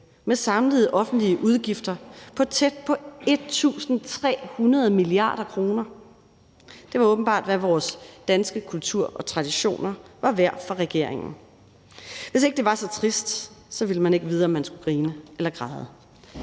med samlede offentlige udgifter på tæt på 1.300 mia. kr. Det var åbenbart, hvad vores danske kultur og traditioner var værd for regeringen. Hvis ikke det var så trist, ville man ikke vide, om man skulle grine eller græde.